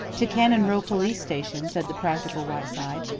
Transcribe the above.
to cannon row police station, said the practical whiteside.